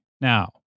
Now